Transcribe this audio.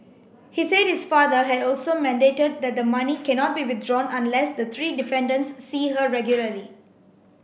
he said his father had also mandated that the money cannot be withdrawn unless the three defendants see her regularly